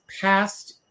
past